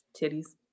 titties